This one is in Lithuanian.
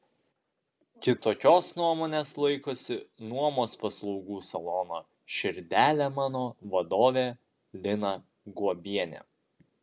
kitokios nuomonės laikosi nuomos paslaugų salono širdele mano vadovė lina guobienė